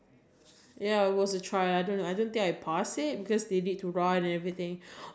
I think choir is very boring and then I jump to angklung like that thing is just